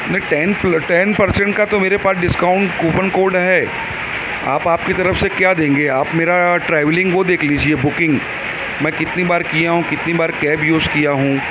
نہیں ten percent کا تو میرے پاس ڈسکاؤنٹ کوپن کوڈ ہے اب آپ کی طرف سے کیا دیں گے آپ میرا ٹریولنگ وہ دیکھ لیجیے بکنگ میں کتنی بار کیا ہوں کتنی بار کیب یوز کیا ہوں